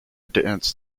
dance